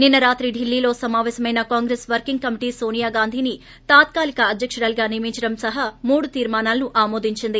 నిన్న రాత్రి డిల్లీలో సమాపేశమైన కాంగ్రెస్ వర్కింగ్ కమిటీ నోనియా గాంధీని తాత్కాలిక అధ్వకురాలిగా నియమించడం సహా మూడు తీర్శానాలను ఆమోదించింది